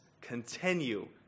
continue